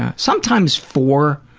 ah sometimes four.